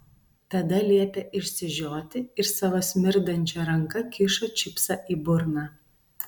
tada liepia išsižioti ir savo smirdančia ranka kiša čipsą į burną